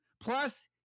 Plus